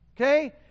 Okay